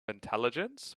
intelligence